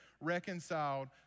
reconciled